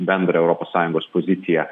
bendrą europos sąjungos poziciją